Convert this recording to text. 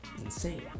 insane